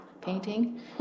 painting